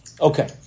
Okay